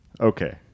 Okay